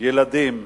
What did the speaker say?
ילדים,